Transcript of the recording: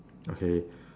okay